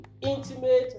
intimate